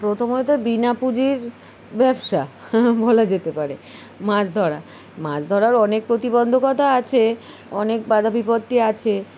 প্রথমত বিনা পুঁজির ব্যবসা বলা যেতে পারে মাছ ধরা মাছ ধরার অনেক প্রতিবন্ধকতা আছে অনেক বাধা বিপত্তি আছে